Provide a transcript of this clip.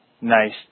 nice